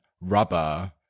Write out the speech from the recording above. rubber